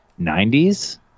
90s